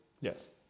Yes